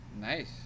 Nice